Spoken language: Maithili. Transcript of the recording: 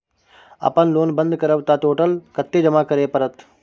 अपन लोन बंद करब त टोटल कत्ते जमा करे परत?